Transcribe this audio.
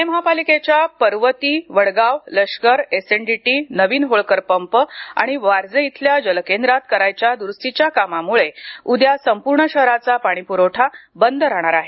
पुणे महापालिकेच्या Parvati Vadgaon Lashkar SNDT Navin Holkar pump आणि वारजे इथल्या जलकेंद्रात करायच्या दुरुस्तीच्या कामाम़्ळे उद्या संपूर्ण शहराचा पाणीप्रवठा बंद राहणार आहे